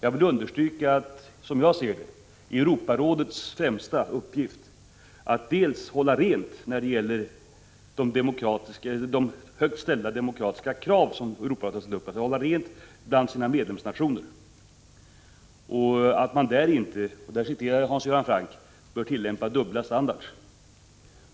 Jag vill understryka att Europarådets främsta uppgift, som jag ser det, är att med avseende på de högt ställda demokratiska krav som ställts upp hålla rent bland sina medlemsnationer så att man inte i fråga om dem — här vill jag citera Hans Göran Franck — tillämpar dubbla standarder.